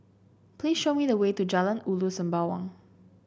please show me the way to Jalan Ulu Sembawang